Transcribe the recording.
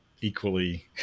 equally